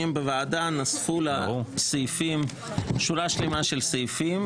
בוועדה נוספו לה שורה שלמה של סעיפים,